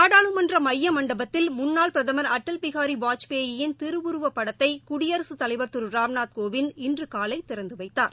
நாடாளுமன்ற மைய மண்டபத்தில் முன்னாள் பிரதமர் அடல் பிஹாரி வாஜ்பேயின் திருவுருவப் படத்தை குடியரசு தலைவர் திரு ராம்நாத் கோவிந்த் இன்று காலை திறந்து வைத்தார்